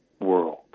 world